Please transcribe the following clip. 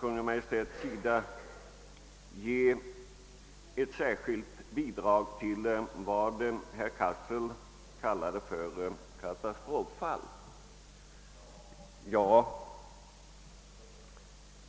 kunna ge ett särskilt bidrag till vad herr Cassel kallade katastroffall.